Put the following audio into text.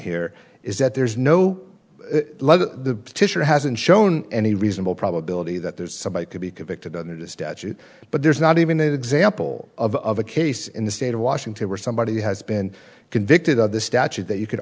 here is that there's no the petition hasn't shown any reasonable probability that there's somebody could be convicted under this statute but there's not even an example of a case in the state of washington where somebody has been convicted of the statute that you could